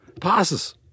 Passes